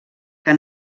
que